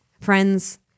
friends